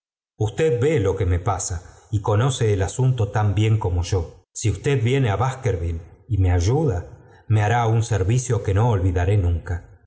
usted ve lo que me pasa y conoce el asunto tan bien como yo si usted viene á baskerville y me ayuda me hará un servicio que no olvidaré nunca